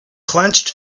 clenched